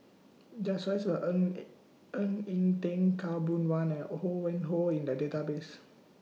There Are stories about Ng Ng Eng Teng Khaw Boon Wan and Ho Yuen Hoe in The Database